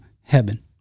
heaven